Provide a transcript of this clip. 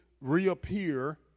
reappear